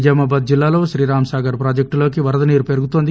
నిజామాబాద్లిల్లాలో శ్రీరాంసాగర్పాజెక్టులో కివరదనీరుపెరుగుతోంది